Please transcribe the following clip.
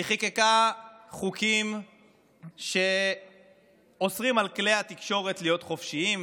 היא חוקקה חוקים שאוסרים על כלי התקשורת להיות חופשיים,